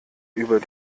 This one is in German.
über